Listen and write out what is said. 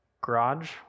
garage